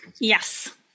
Yes